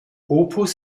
opus